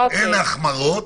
אין החמרות,